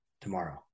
tomorrow